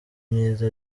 myiza